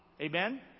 Amen